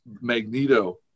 Magneto